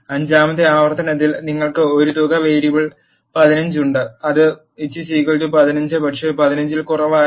അഞ്ചാമത്തെ ആവർത്തനത്തിൽ നിങ്ങൾക്ക് ഒരു തുക വേരിയബിൾ 15 ഉണ്ട് അത് 15 പക്ഷേ 15 ൽ കുറയാത്തത്